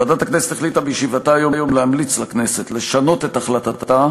ועדת הכנסת החליטה בישיבתה היום להמליץ לכנסת לשנות את החלטתה